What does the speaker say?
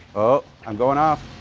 oh, i'm going off.